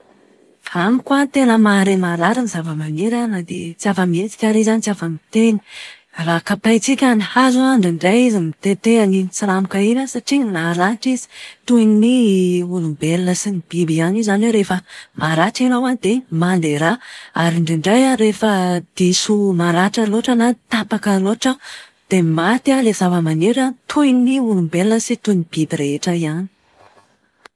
Amiko an, tena mahare marary ny zavamaniry na dia tsy afa-mihetsika ary izy an, tsy afa-miteny. Raha kapaintsika ny hazo indraindray izy mitete an'iny tsiranoka iny satria naratra izy. Toy ny olombelona sy ny biby ihany io izany hoe rehefa maratra ianao dia mandeha ra ary indraindray rehefa diso maratra loatra na tapaka loatra dia maty ilay zavamaniry toy ny olombelona sy toy ny biby rehetra ihany.